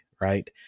right